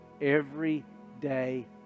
everyday